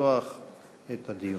לפתוח את הדיון.